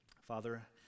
Father